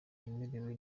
yemerewe